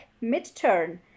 mid-turn